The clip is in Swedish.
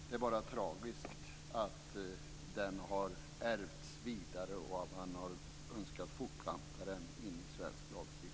Det är bara tragiskt att den har ärvts vidare och att man har önskat fortplanta den in i svensk lagstiftning.